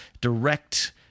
direct